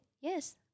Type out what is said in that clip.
Yes